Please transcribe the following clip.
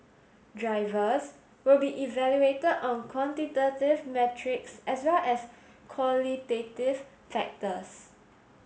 drivers will be evaluated on quantitative metrics as well as qualitative factors